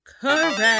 Correct